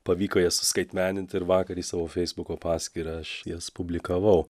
pavyko jas suskaitmeninti ir vakar į savo feisbuko paskyrą aš jas publikavau